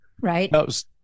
Right